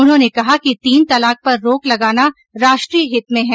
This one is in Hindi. उन्होंने कहा कि तीन तलाक पर रोक लगाना राष्ट्रीय हित में है